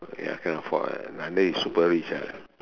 ya you cannot afford [one] unless you super rich ah